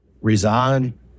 Resign